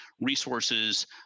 resources